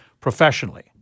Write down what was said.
professionally